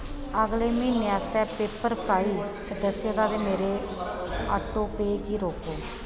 अगले म्हीने आस्तै पैपरफ्राई सदस्यता दे मेरे आटो पेऽ रोको